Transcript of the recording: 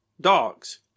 dogs